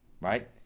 right